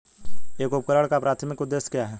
एक उपकरण का प्राथमिक उद्देश्य क्या है?